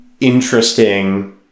interesting